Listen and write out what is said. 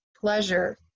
pleasure